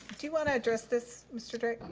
do you wanna address this, mr. drake?